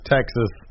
Texas